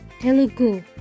Telugu